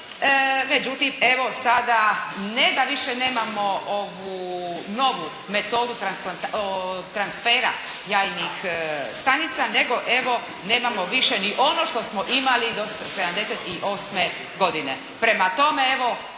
Međutim, evo sada ne da više nemamo ovu novu metodu transfera jajnih stanica nego evo nemamo više ni ono što smo imali do 78. godine.